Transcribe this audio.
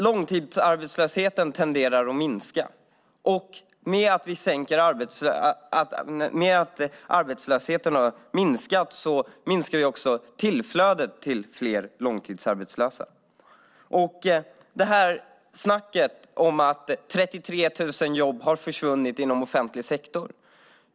Långtidsarbetslösheten tenderar att minska, och när arbetslösheten minskar så minskar också tillflödet till långtidsarbetslöshet. Monica Green snackar om att 33 000 jobb har försvunnit inom offentlig sektor.